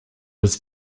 his